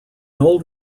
old